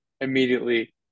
immediately